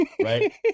right